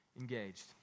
engaged